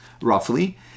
roughly